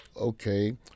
Okay